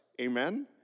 Amen